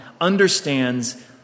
understands